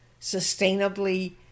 sustainably